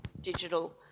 digital